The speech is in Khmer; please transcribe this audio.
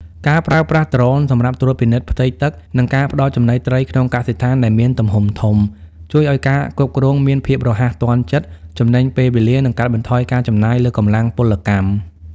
ការប្រើប្រាស់ដ្រូនសម្រាប់ត្រួតពិនិត្យផ្ទៃទឹក និងការផ្ដល់ចំណីត្រីក្នុងកសិដ្ឋានដែលមានទំហំធំ ជួយឱ្យការគ្រប់គ្រងមានភាពរហ័សទាន់ចិត្ត ចំណេញពេលវេលា និងកាត់បន្ថយការចំណាយលើកម្លាំងពលកម្ម។